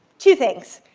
two things.